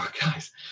guys